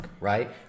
right